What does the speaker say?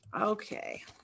Okay